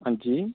अंजी